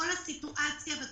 יכולים להיות עיוותים.